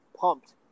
pumped